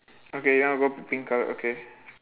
okay you wanna go for pink colour okay